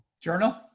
journal